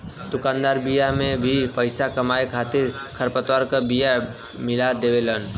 दुकानदार बिया में भी पईसा कमाए खातिर खरपतवार क बिया मिला देवेलन